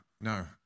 No